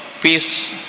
peace